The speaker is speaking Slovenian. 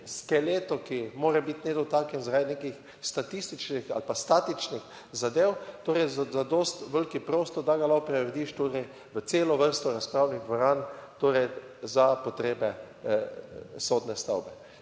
skeletu, ki mora biti nedotaknjen zaradi nekih statističnih ali pa statičnih zadev, torej zadosti velik prostor, da ga lahko preurediš torej v celo vrsto razpravnih dvoran, torej za potrebe sodne stavbe.